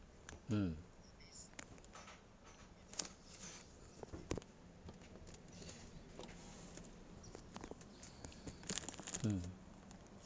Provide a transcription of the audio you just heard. mm mm